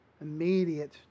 immediate